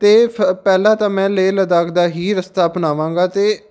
ਅਤੇ ਫ ਪਹਿਲਾਂ ਤਾਂ ਮੈਂ ਲੇਹ ਲਦਾਖ ਦਾ ਹੀ ਰਸਤਾ ਅਪਣਾਵਾਂਗਾ ਅਤੇ